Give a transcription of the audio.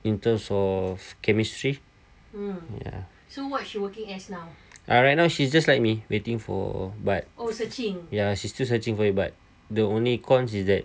in terms of chemistry ya uh right now she's just like me waiting for but ya she still searching for you but the only cons is that